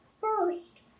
First